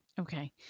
Okay